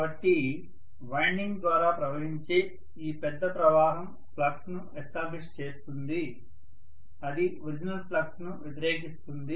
కాబట్టి వైండింగ్ ద్వారా ప్రవహించే ఈ పెద్ద ప్రవాహం ఫ్లక్స్ ను ఎస్టాబ్లిష్ చేస్తుంది అది ఒరిజినల్ ఫ్లక్స్ను వ్యతిరేకిస్తుంది